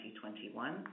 2021